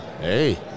Hey